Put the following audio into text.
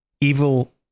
evil